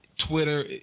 Twitter